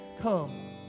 Come